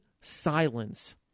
silence